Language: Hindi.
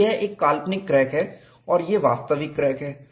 तो यह एक काल्पनिक क्रैक है और यह वास्तविक क्रैक है